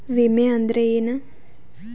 ವಿಮೆ ಅಂದ್ರೆ ಏನ?